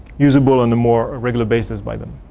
useable on the more regular basis by them.